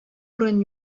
урын